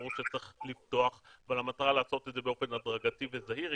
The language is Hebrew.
ברור שצריך לפתוח אבל המטרה היא לעשות את זה באופן הדרגתי וזהיר.